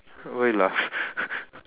why you laugh